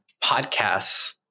podcasts